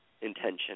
intention